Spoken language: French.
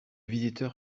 visiteur